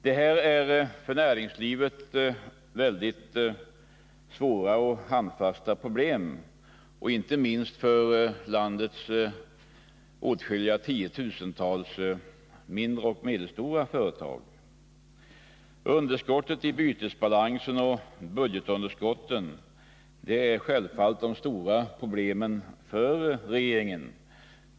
Det här är mycket svåra och handfasta problem för näringslivet och inte minst för landets åtskilliga tiotusentals mindre och medelstora företag. Underskottet i bytesbalansen och budgetunderskottet är självfallet de stora problemen för regeringen.